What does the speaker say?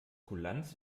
kulanz